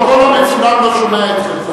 רבותי, הפרוטוקול המצולם לא שומע אתכם.